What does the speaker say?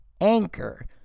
anchor